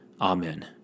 Amen